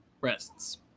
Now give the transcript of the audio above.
Rests